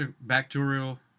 bacterial